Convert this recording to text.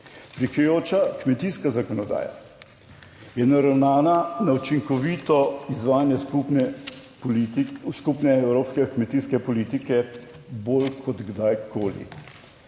Prihajajoča kmetijska zakonodaja je naravnana na učinkovito izvajanje skupne, skupne evropske kmetijske politike bolj kot kdajkoli.